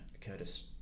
Curtis